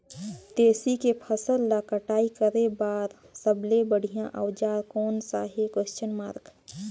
तेसी के फसल ला कटाई करे बार सबले बढ़िया औजार कोन सा हे?